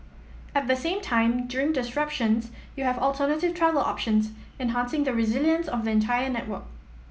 at the same time during disruptions you have alternative travel options enhancing the resilience of entire network